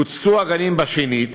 הוצתו הגנים בשנית